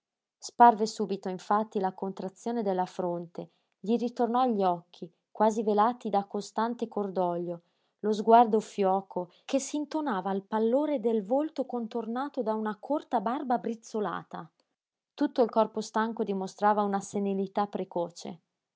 sparve subito infatti la contrazione della fronte gli ritornò agli occhi quasi velati da costante cordoglio lo sguardo fioco che s'intonava al pallore del volto contornato da una corta barba brizzolata tutto il corpo stanco dimostrava una senilità precoce